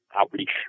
outreach